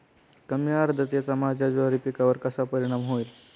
कमी आर्द्रतेचा माझ्या ज्वारी पिकावर कसा परिणाम होईल?